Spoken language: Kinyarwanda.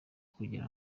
kugira